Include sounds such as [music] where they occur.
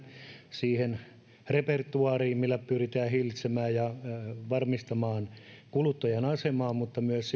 siihen repertuaariin millä pyritään hillitsemään ja varmistamaan kuluttajan asemaa mutta myös [unintelligible]